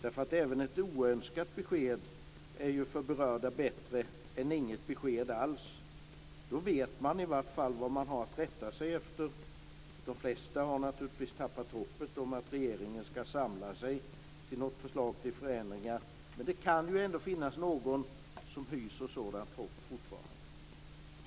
Även ett oönskat besked är för de berörda bättre än inget besked alls. Då vet man i vart fall vad man har att rätta sig efter. De flesta har naturligtvis tappat hoppet om att regeringen ska samla sig till något förslag till förändringar, men det kan finnas någon som fortfarande hyser sådant hopp.